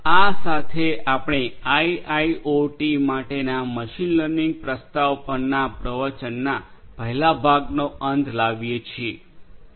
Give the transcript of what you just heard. આ સાથે આપણે આઇઆઇઓટી માટેના મશીન લર્નિંગ પ્રસ્તાવ પરના પ્રવચનના પહેલા ભાગનો અંત લાવીએ છીએ